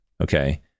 Okay